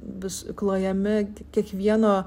vis klojami kiekvieno